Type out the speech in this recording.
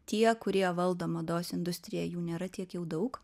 tie kurie valdo mados industriją jų nėra tiek jau daug